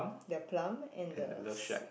their plum and the s~